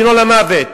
דינו למוות.